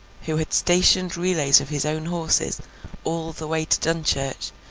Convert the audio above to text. who had stationed relays of his own horses all the way to dunchurch,